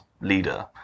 leader